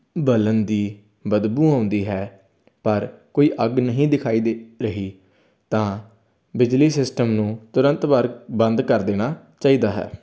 ਬਲਨ ਦੀ ਬਦਬੂ ਆਉਂਦੀ ਹੈ ਪਰ ਕੋਈ ਅੱਗ ਨਹੀਂ ਦਿਖਾਈ ਦੇ ਰਹੀ ਤਾਂ ਬਿਜਲੀ ਸਿਸਟਮ ਨੂੰ ਤੁਰੰਤ ਵਰ ਬੰਦ ਕਰ ਦੇਣਾ ਚਾਹੀਦਾ ਹੈ